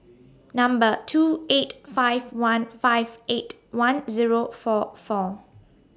Number two eight five one five eight one Zero four four